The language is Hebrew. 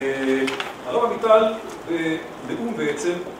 אהה, הרב אביטל, אהה, הוא בעצם